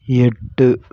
எட்டு